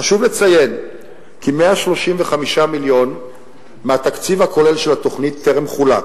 חשוב לציין כי 135 מיליון מהתקציב הכולל של התוכנית טרם חולקו,